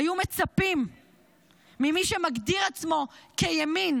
היו מצפים ממי שמגדיר עצמו כימין